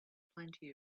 plenty